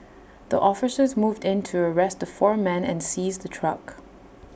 the officers moved in to arrest the four men and seize the truck